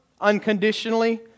unconditionally